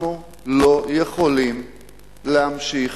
אנחנו לא יכולים להמשיך